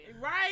Right